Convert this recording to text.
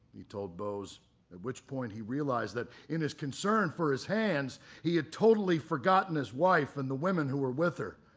he told bose, at which point he realized that in his concern for his hands he had totally forgotten his wife and the women who were with her. oh